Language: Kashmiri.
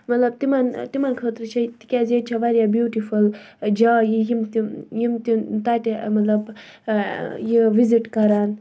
مطلب تِمَن تِمَن خٲطرٕ چھِ تِکیازِ ییٚتہِ چھِ واریاہ بیوٹِفُل جایہِ یِم تِم یِم تہٕ تَتہِ مطلب یہِ وِزِٹ کَرَن